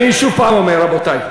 אני שוב אומר, רבותי,